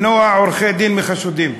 עורכי-דין מחשודים.